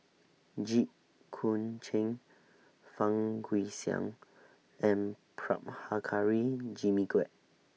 Jit Koon Ch'ng Fang Guixiang and Prabhakara Jimmy Quek